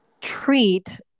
treat